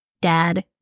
dad